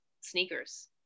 sneakers